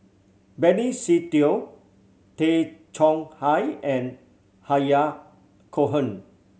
Benny Se Teo Tay Chong Hai and Cohen